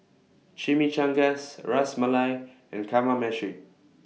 Chimichangas Ras Malai and Kamameshi